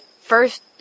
first